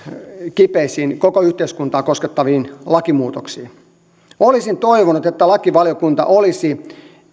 kipeisiin koko yhteiskuntaa koskettaviin lakimuutoksiin olisin toivonut että lakivaliokunta olisi